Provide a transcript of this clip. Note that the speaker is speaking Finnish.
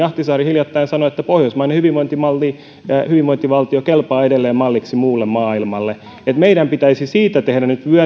ahtisaari hiljattain sanoi että pohjoismainen hyvinvointivaltio hyvinvointivaltio kelpaa edelleen malliksi muulle maailmalle meidän pitäisi siitä tehdä nyt